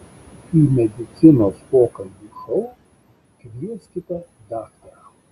į medicinos pokalbių šou kvieskite daktarą